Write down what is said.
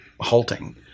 halting